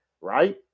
right